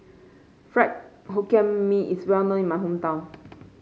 Fried Hokkien Mee is well known in my hometown